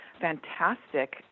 fantastic